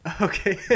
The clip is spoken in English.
Okay